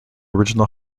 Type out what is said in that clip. original